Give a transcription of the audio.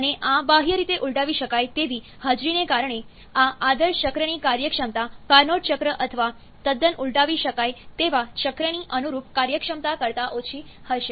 અને આ બાહ્ય રીતે ઉલટાવી શકાય તેવી હાજરીને કારણે આ આદર્શ ચક્રની કાર્યક્ષમતા કાર્નોટ ચક્ર અથવા તદ્દન ઉલટાવી શકાય તેવા ચક્રની અનુરૂપ કાર્યક્ષમતા કરતાં ઓછી હશે